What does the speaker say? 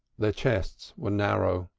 their chests were narrow,